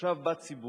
עכשיו בא ציבור,